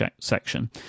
section